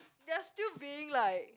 they're still being like